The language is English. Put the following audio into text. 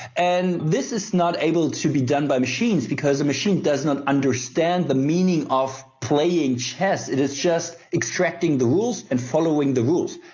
and this is not able to be done by machines because a machine does not understand the meaning of playing chess. it is just extracting the rules and following the rules.